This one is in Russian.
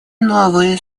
новые